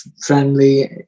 friendly